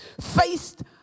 faced